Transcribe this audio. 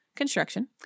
construction